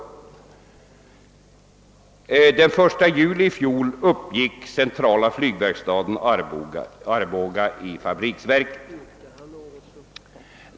Den 1 juli i fjol uppgick centrala flygverkstaden i Arboga i fabriksverket.